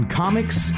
comics